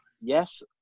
yes